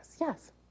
Yes